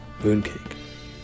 Mooncake